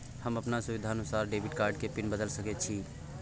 हम अपन सुविधानुसार डेबिट कार्ड के पिन बदल सके छि?